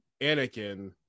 Anakin